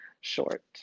short